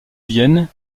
vienne